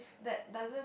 that doesn't